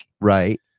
Right